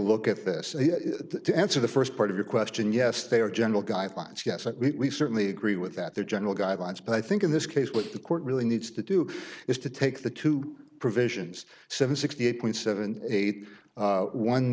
look at this to answer the first part of your question yes they are general guidelines yes that we certainly agree with that their general guidelines but i think in this case with the court really needs to do is to take the two provisions seven sixty eight point seven eight